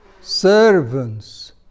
servants